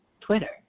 Twitter